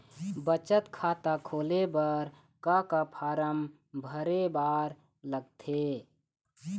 बचत खाता खोले बर का का फॉर्म भरे बार लगथे?